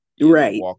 Right